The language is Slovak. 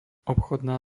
obchodná